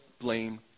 blame